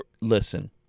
Listen